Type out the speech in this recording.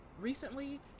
recently